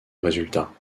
résultat